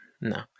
No